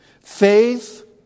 Faith